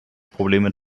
probleme